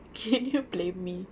can you blame me